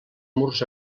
murs